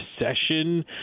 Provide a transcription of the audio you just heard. recession